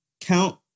count